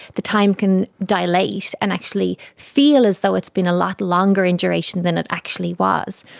the time can dilate and actually feel as though it's been a lot longer in duration than it actually was.